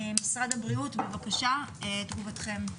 משרד הבריאות, בבקשה תגובתכם.